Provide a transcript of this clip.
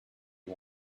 you